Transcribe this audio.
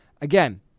again